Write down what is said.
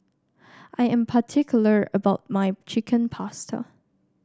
I am particular about my Chicken Pasta